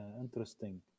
Interesting